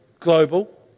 Global